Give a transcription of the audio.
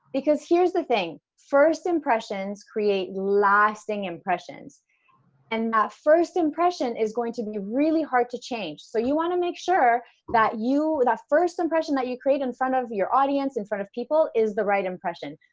because here's the thing. first impressions create lasting impressions and that ah first impression is going to be really hard to change, so you want to make sure that you, with a first impression that you create in front of your audience, in front of people, is the right impression.